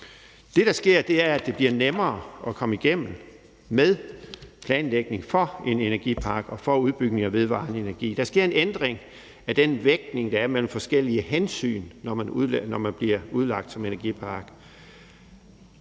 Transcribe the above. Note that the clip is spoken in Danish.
Det, der sker, er, at det bliver nemmere at komme igennem med planlægning for en energipark og for udbygning af vedvarende energi. Der sker en ændring af den vægtning, der er mellem forskellige hensyn, når der bliver udlagt en energipark.